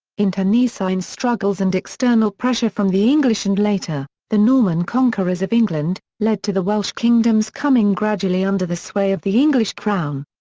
internecine struggles and external pressure from the english and later, the norman conquerors of england, led to the welsh kingdoms coming gradually under the sway of the english crown.